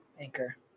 Anchor